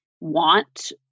want